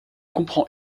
comprend